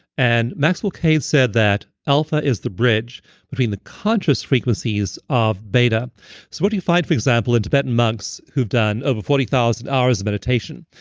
and maxwell kade said that alpha is the bridge between the conscious frequencies of beta. so what you find, for example, in tibetan monks who have done over forty thousand hours of meditation,